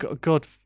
God